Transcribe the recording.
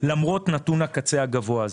למרות נתון הקצה הגבוה הזה.